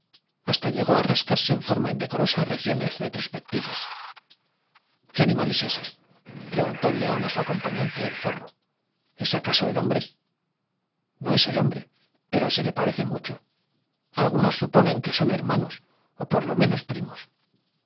hasta llegó á rascarse en forma indecorosa regiones retrospectivas qué animal es ése preguntó el león á su acompañante el zorro es acaso el hombre no es el hombre pero se le parece mucho al gunos suponen que son hermanos ó por los menos primos